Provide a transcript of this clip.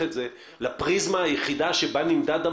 היו"ר אבי ניסנקורן (יו"ר הוועדה המסדרת):